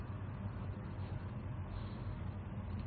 അല്ലാത്തപക്ഷം അവ നിങ്ങൾക്ക് ഒരു ഭാരമായിത്തീരുമെന്ന് നിങ്ങൾക്കറിയാം